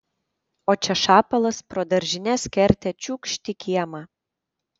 o čia šapalas pro daržinės kertę čiūkšt į kiemą